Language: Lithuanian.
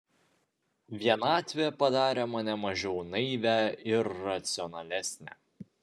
vienatvė padarė mane mažiau naivią ir racionalesnę